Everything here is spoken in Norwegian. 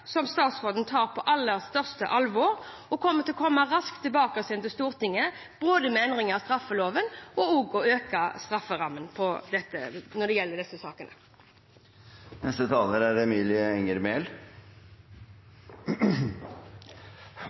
statsråden tar på aller største alvor, og at statsråden vil komme raskt tilbake til Stortinget både med endringer av straffeloven og med økning av strafferammen når det gjelder disse